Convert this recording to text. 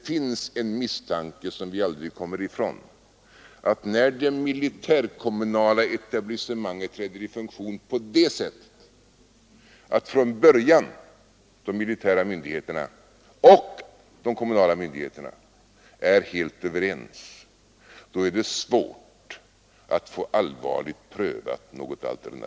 Vi kommer aldrig ifrån misstanken om att det är svårt att få något alternativ allvarligt prövat, när det militärkommunala etablissemanget träder i funktion på det sättet att de militära och kommunala myndigheterna från början är helt överens.